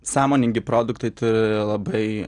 sąmoningi produktai turi labai